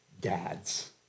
dads